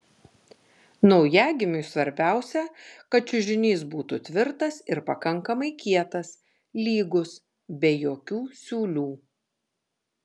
naujagimiui svarbiausia kad čiužinys būtų tvirtas ir pakankamai kietas lygus be jokių siūlių